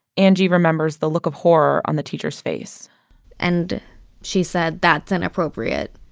angie remembers the look of horror on the teacher's face and she said that's inappropriate.